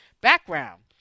background